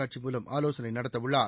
காட்சி மூலம் ஆலோசனை நடத்த உள்ளார்